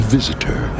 visitor